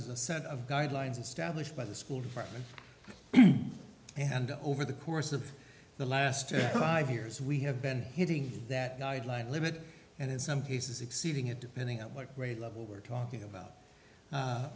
s a set of guidelines and stablished by the school freshman and over the course of the last five years we have been hitting that guideline limit and in some cases exceeding it depending on what grade level we're talking about